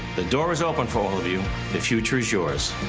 the door is open for all of you the future is yours.